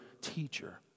teacher